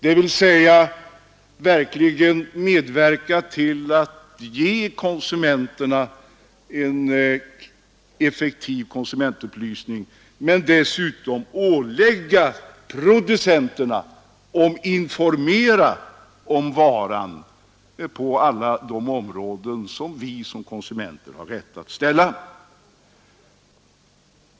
Det gäller verkligen att ge människorna en effektiv konsumentupplysning men dessutom ålägga producenterna att informera om varan på alla de områden där vi som konsumenter har rätt att ställa krav.